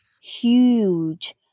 huge